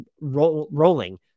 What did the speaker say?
rolling